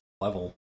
level